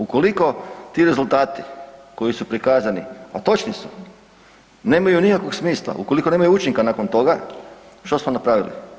Ukoliko ti rezultati koji su prikazani, a točni su, nemaju nikakvog smisla ukoliko nemaju učinka nakon toga što smo napravili?